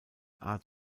art